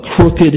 crooked